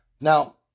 Now